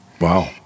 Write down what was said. Wow